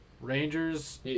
Rangers